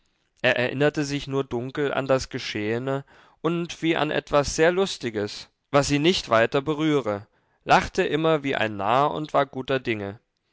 er erinnerte sich nur dunkel an das geschehene und wie an etwas sehr lustiges was ihn nicht weiter berühre lachte immer wie ein narr und war guter dinge